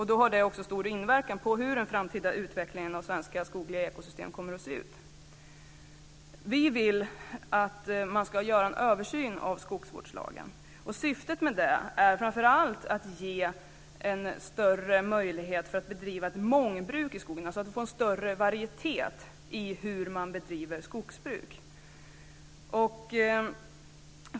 Då har det en stor inverkan på hur den framtida utvecklingen av svenska skogliga ekosystem kommer att se ut. Vi vill att man ska göra en översyn av skogsvårdslagen. Syftet med det är framför allt att ge en större möjlighet att bedriva mångbruk i skogen, så att vi får en större varietet i hur man bedriver skogsbruk.